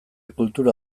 kultura